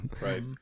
Right